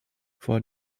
vor